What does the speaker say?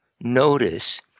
notice